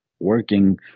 working